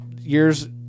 year's